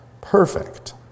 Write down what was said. perfect